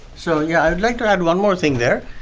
so yeah, i'd like to add one more thing there.